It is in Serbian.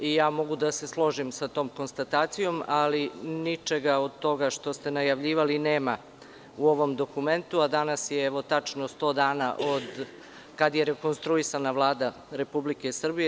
Mogu da se složim sa tom konstatacijom, ali ničega od toga što ste najavljivali nema u ovom dokumentu, a danas je tačno 100 dana od kada je rekonstruisana Vlada Republike Srbije.